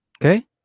Okay